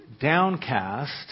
downcast